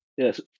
Yes